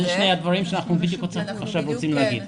זה שני הדברים שאנחנו בדיוק עכשיו רוצים להגיד.